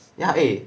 ya eh